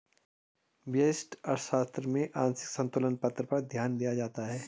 व्यष्टि अर्थशास्त्र में आंशिक संतुलन पर ध्यान दिया जाता है